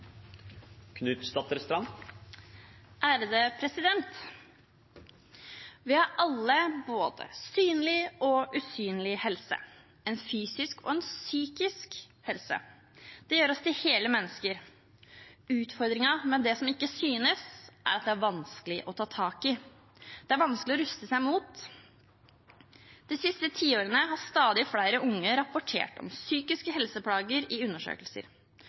2 er avsluttet. Vi har alle både synlig og usynlig helse – fysisk og psykisk helse. Det gjør oss til hele mennesker. Utfordringen med det som ikke synes, er at det er vanskelig å ta tak i og vanskeligere å ruste seg mot. De siste tiårene har stadig flere unge rapportert om psykiske helseplager i undersøkelser.